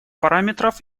параметров